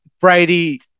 Brady